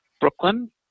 Brooklyn